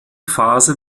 phase